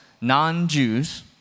non-Jews